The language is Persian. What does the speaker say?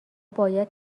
باید